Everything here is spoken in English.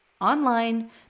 online